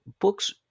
books